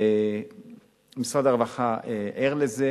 משרד הרווחה ער לזה.